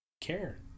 care